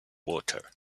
watered